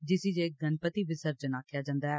जिसी जे गणपति विर्सजन आक्खेआ जन्दा ऐ